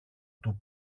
του